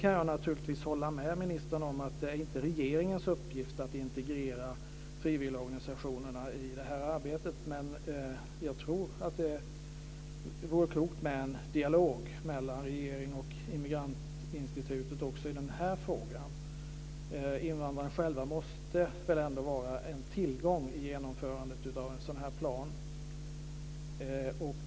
Jag kan naturligtvis hålla med ministern om att det inte är regeringens uppgift att integrera frivilligorganisationerna i det här arbetet, men jag tror att det vore klokt med en dialog mellan regeringen och Immigrantinstitutet också i den här frågan. Invandrarna själva måste väl ändå vara en tillgång i genomförandet av en sådan här plan.